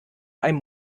einem